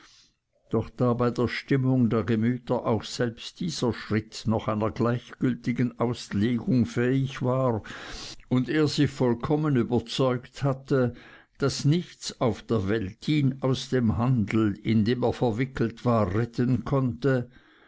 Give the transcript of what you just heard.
doch da bei der stimmung der gemüter auch selbst dieser schritt noch einer gleichgültigen auslegung fähig war und er sich vollkommen überzeugt hatte daß nichts auf der welt ihn aus dem handel in dem er verwickelt war retten konnte